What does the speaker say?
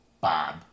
Bob